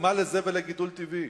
מה לזה ולגידול טבעי?